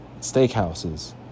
Steakhouses